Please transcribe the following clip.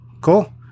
Cool